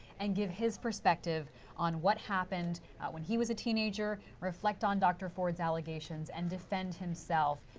and give his perspective on what happened when he was a teenager, reflect on dr. ford's allegations and defend himself,